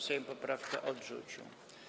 Sejm poprawkę odrzucił.